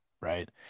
right